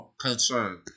concerned